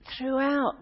throughout